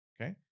okay